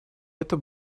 это